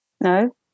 No